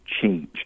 change